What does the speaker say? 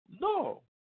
No